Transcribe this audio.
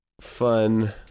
fun